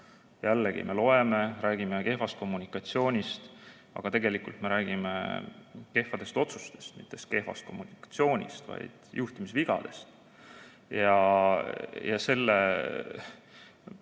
Jällegi me loeme ja räägime kehvast kommunikatsioonist, aga tegelikult me räägime kehvadest otsustest, mitte kehvast kommunikatsioonist, vaid juhtimisvigadest. Selle